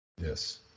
Yes